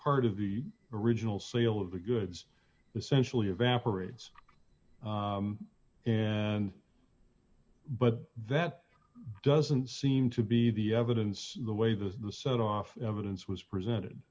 part of the original sale of the goods essentially evaporates and but that doesn't seem to be the evidence the way that the set off evidence was presented